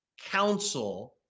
counsel